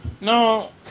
no